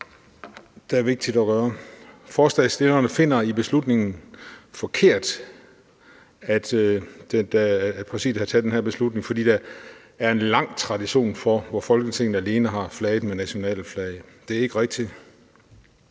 det er da vigtigt at gøre. Forslagsstillerne finder det forkert, at Præsidiet har taget den her beslutning, fordi der er en lang tradition for, at Folketinget alene har flaget med nationale flag. Det er ikke rigtigt.